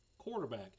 quarterback